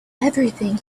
everything